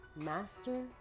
master